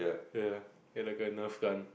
ya it like a nerf gun